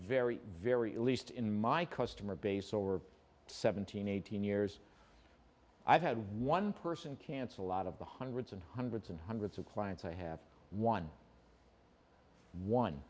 very very least in my customer base over seventeen eighteen years i've had one person cancel out of the hundreds and hundreds and hundreds of clients i have one one